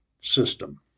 system